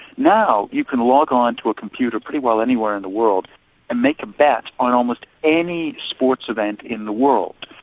now, you can log on to a computer pretty well anywhere in the world and make a bet on almost any sports event in the world,